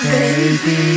Baby